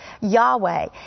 yahweh